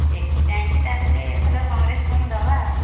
ଦେଖି ଚାହିଁକି ତାହେଲେ ଏଥର କଂଗ୍ରେସକୁ ହିଁ ଦେବା